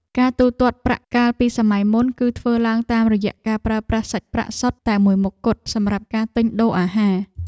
ការទូទាត់ប្រាក់កាលពីសម័យមុន គឺធ្វើឡើងតាមរយៈការប្រើប្រាស់សាច់ប្រាក់សុទ្ធតែមួយមុខគត់សម្រាប់ការទិញដូរអាហារ។